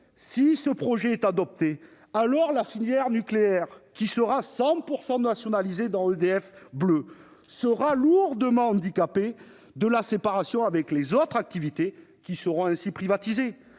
si ce projet est adopté, alors, la filière nucléaire, qui sera 100 % nationalisée dans « EDF Bleu » sera lourdement handicapée en raison de la séparation avec les autres activités, qui seront ainsi privatisées.